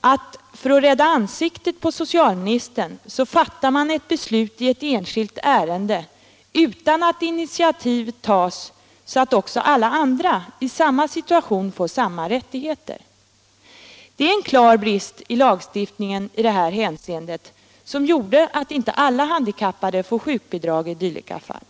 att för att rädda ansiktet på socialministern fattar man ett beslut i ett enskilt ärende utan att initiativ tas så att också alla andra i samma situation får samma rättigheter. Det är en klar brist i lagstiftningen i detta hänseende som gör att inte alla handikappade får sjukbidrag i dylika fall.